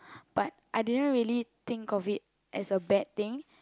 but I didn't really think of it as a bad thing